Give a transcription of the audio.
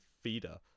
feeder